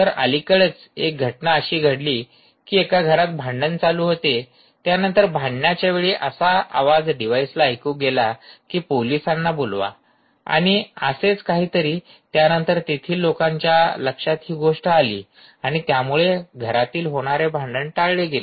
तर अलीकडेच एक घटना अशी घडली कि एका घरात भांडण चालू होते त्यानंतर भांडण्याच्यावेळी असा आवाज डिव्हाइस ला ऐकू गेला कि पोलिसांना बोलवा आणि असेच काहीतरी त्यानंतर तेथील लोकांच्या लक्षात हि गोष्ट आली आणि त्यामुळे घरातील होणारे भांडण टाळले गेले